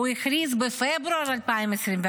הוא הכריז בפברואר 2024,